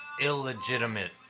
Illegitimate